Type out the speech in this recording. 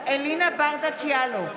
אלינה ברדץ' יאלוב,